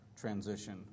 transition